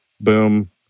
boom